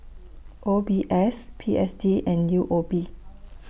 O B S P S D and U O B